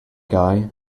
guy